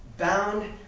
bound